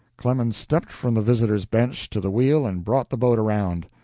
clemens stepped from the visitors' bench to the wheel and brought the boat around.